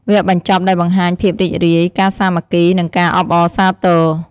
វគ្គបញ្ចប់ដែលបង្ហាញភាពរីករាយ ការសាមគ្គី និងការអបអរសាទរ។